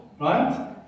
Right